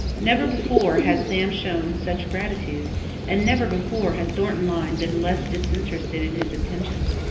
never before had sam shown such gratitude and never before had thornton lyne been less disinterested in his attentions.